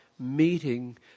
meeting